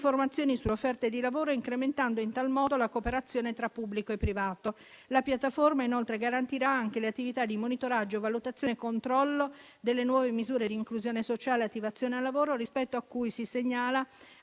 informazioni sulle offerte di lavoro ed incrementando in tal modo la cooperazione tra pubblico e privato. La piattaforma inoltre garantirà anche le attività di monitoraggio, valutazione e controllo delle nuove misure di inclusione sociale ed attivazione al lavoro rispetto a cui si segnala